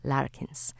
Larkins